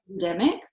pandemic